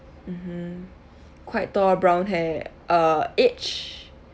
mmhmm quite tall brown hair uh age